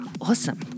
Awesome